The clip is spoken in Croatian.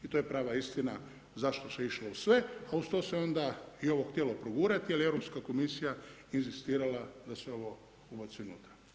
I to je prava istina zašto se išlo u sve, a uz to se onda i ovo htjelo progurati jer Europska komisije inzistirala da se ovo ubaci unutra.